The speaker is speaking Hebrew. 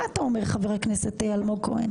מה אתה אומר, חבר הכנסת אלמוג כהן?